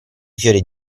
fiori